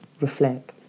reflect